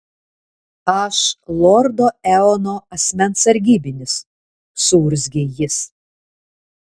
aš lordo eono asmens sargybinis suurzgė jis